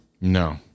No